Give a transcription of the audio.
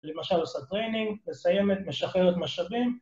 למשל עושה טריינינג, מסיימת, משחררת משאבים